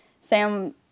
Sam